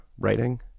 writing